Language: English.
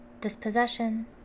dispossession